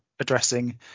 addressing